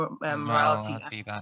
morality